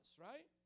right